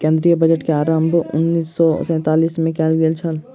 केंद्रीय बजट के आरम्भ उन्नैस सौ सैंतालीस मे कयल गेल छल